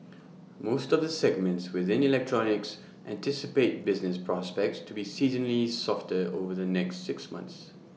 most of the segments within electronics anticipate business prospects to be seasonally softer over the next six months